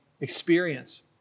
experience